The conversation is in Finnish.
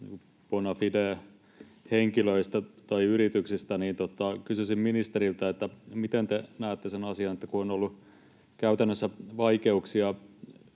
bona fide -henkilöistä tai -yrityksistä. Kysyisin ministeriltä, miten te näette sen asian, että kun on ollut käytännössä vaikeuksia